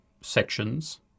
sections